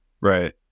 Right